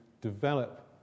develop